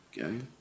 Okay